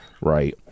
right